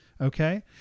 Okay